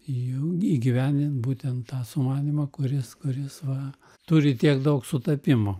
jau įgyvendint būtent tą sumanymą kuris kuris va turi tiek daug sutapimų